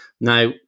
Now